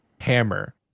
hammer